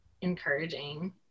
encouraging